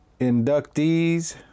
inductees